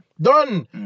Done